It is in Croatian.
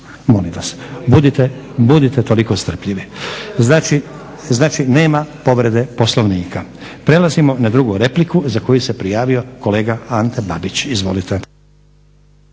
Molim vas budite toliko strpljivi. Znači nema povrede Poslovnika. Prelazimo na drugu repliku za koju se prijavio kolega Ante Babić. Izvolite.